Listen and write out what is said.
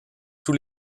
tous